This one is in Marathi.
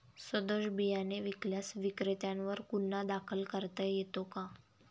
सदोष बियाणे विकल्यास विक्रेत्यांवर गुन्हा दाखल करता येतो का?